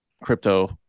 crypto